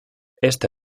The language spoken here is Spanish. esta